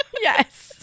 Yes